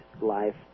life